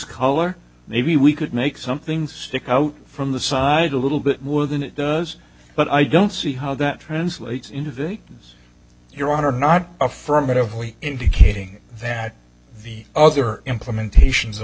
color maybe we could make something stick out from the side a little bit more than it does but i don't see how that translates into victims your honor not affirmatively indicating that the other implementations of